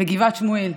בגבעת שמואל,